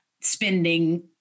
spending